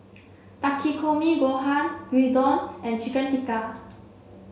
Takikomi Gohan Gyudon and Chicken Tikka